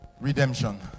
Redemption